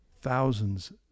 thousands